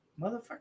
Motherfucker